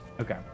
Okay